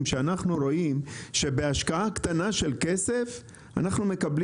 ורואים שבהשקעה קטנה של כסף אפשר לקבל